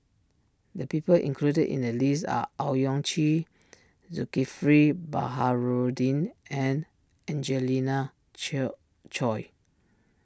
the people included in the list are Owyang Chi Zulkifli Baharudin and Angelina Choy